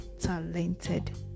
talented